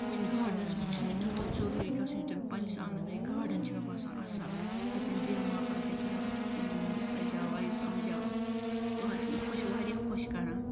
کُنہِ گاڈنس منٛز چھُنہٕ مےٚ تیوٗتاہ ضروٗری گَژھن یوٗتاہ مےٚ پَننِس آنگنس منٛز یہِ گاڈن چھُ مےٚ باسان اصل اَتٮ۪ن بیہما بہٕ اَتٮ۪ن کَرہا بہٕ اَتھ کٲم بہٕ سجاوہا یہِ سمجاوہا پارک چھِ مےٚ خۄش واریاہ خۄش کَران